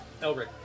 Elric